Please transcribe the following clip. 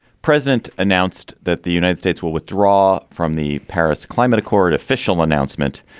president announced that the united states will withdraw from the paris climate accord official announcement.